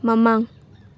ꯃꯃꯥꯡ